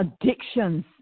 addictions